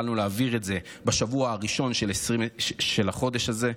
יכולנו להעביר את זה בשבוע הראשון של החודש הזה,